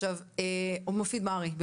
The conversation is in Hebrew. התשפ"ב-2021 והצעת חוק הנכים (תגמולים